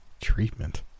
Treatment